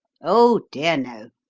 oh, dear no!